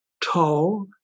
tall